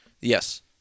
Yes